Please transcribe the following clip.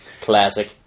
Classic